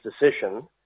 decision